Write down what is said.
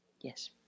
Yes